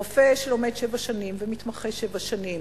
רופא שלומד שבע שנים ומתמחה שבע שנים